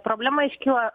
problema iškyla